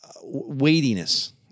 weightiness